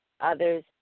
Others